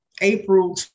April